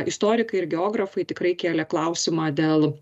istorikai ir geografai tikrai kėlė klausimą dėl